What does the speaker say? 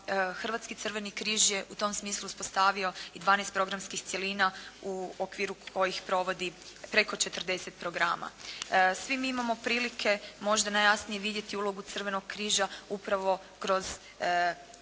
Hrvatski crveni križ je u tom smislu uspostavio i 12 programskih cjelina u okviru kojih provodi preko 40 programa. Svi mi imamo prilike možda najjasnije vidjeti ulogu Crvenog križa upravo kroz